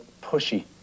pushy